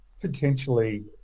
potentially